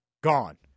gone